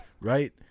right